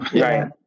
Right